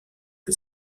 que